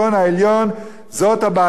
זאת הבעיה של רוב האזרחים.